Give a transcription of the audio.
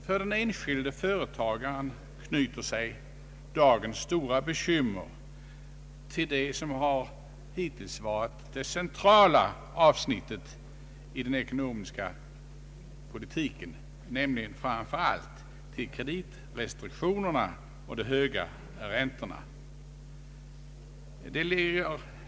För den enskilde företagaren har dagens stora bekymmer samband med det som hittills har varit det centrala avsnittet i den ekonomiska politiken, nämligen framför allt kreditrestriktionerna och de höga räntorna.